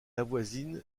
avoisine